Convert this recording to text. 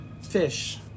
fish